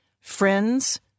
friends